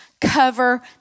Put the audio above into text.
cover